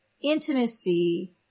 intimacy